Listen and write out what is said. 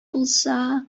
булса